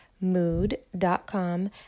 mood.com